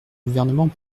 gouvernement